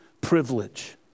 privilege